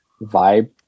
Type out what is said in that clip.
vibe